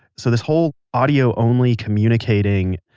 so this whole audio only communicating,